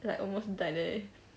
like almost died eh